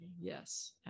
Yes